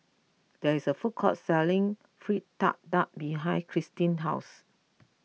there is a food court selling Fritada behind Christy's house